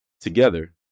together